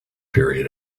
period